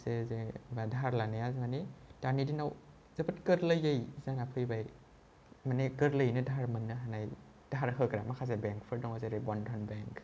मोनसे जे बा दाहार लानाया मानि दानि दिनाव जोबोर गोरलैयै जोंहा फैबाय मानि गोरलैयैनो दाहार मोन्नो हानाय दाहार होग्रा माखासे बेंकफोर दङ जेरै बन्दन बेंक